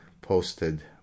posted